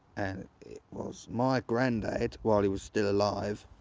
and it was my grandad while he was still alive,